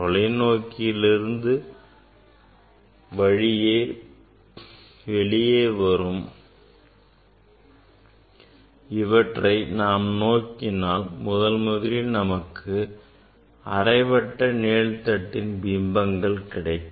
தொலைநோக்கியின் வழியே இவற்றை நாம் நோக்கினால் முதலில் நமக்கு அரைவட்ட நிழல்தட்டின் பிம்பங்கள் கிடைக்கும்